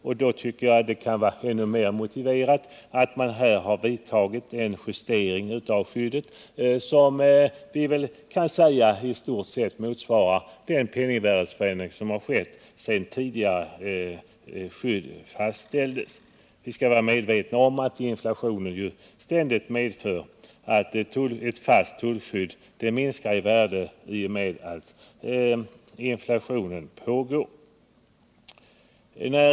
Men då är det ännu mer motiverat att vidtaga en justering av importskyddet — en justering som i stort sett motsvarar den penningvärdeförändring som skett sedan det tidigare skyddet fastställdes. Vi skall vara medvetna om att ett fast tullskydd ständigt minskar i värde i och med att inflationen pågår.